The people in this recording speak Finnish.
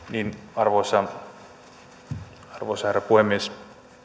arvoisa arvoisa herra puhemies